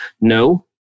no